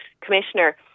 commissioner